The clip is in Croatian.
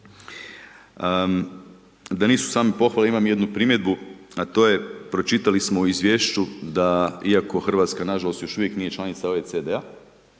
Da nisu samo pohvale, imam i jednu primjedbu a to je pročitali smo u izvješću da iako Hrvatska nažalost još uvijek članica OECD-a,